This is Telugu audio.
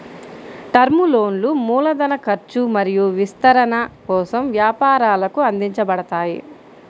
టర్మ్ లోన్లు మూలధన ఖర్చు మరియు విస్తరణ కోసం వ్యాపారాలకు అందించబడతాయి